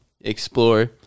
explore